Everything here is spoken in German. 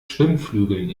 schwimmflügeln